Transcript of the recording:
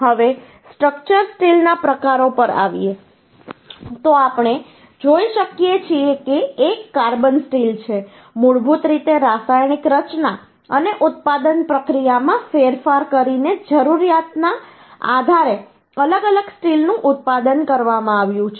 હવે સ્ટ્રક્ચર સ્ટીલના પ્રકારો પર આવીએ તો આપણે જોઈ શકીએ છીએ કે એક કાર્બન સ્ટીલ છે મૂળભૂત રીતે રાસાયણિક રચના અને ઉત્પાદન પ્રક્રિયામાં ફેરફાર કરીને જરૂરિયાતના આધારે અલગ અલગ સ્ટીલનું ઉત્પાદન કરવામાં આવ્યું છે